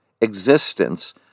existence